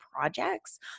projects